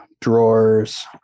drawers